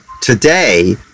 today